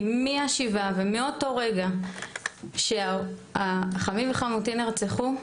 כי מה"שבעה" ומאותו רגע שחמי וחמותי נרצחו,